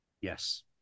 Yes